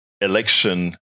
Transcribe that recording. election